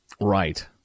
Right